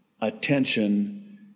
attention